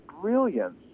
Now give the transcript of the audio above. brilliance